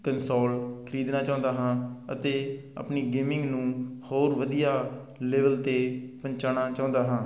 console ਖਰੀਦਣਾ ਚਾਹੁੰਦਾ ਹਾਂ ਅਤੇ ਆਪਣੀ ਗੇਮਿੰਗ ਨੂੰ ਹੋਰ ਵਧੀਆ ਲੈਵਲ 'ਤੇ ਪਹੁੰਚਾਉਣਾ ਚਾਹੁੰਦਾ ਹਾਂ